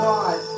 God